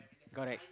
correct